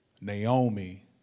Naomi